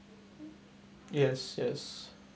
yes yes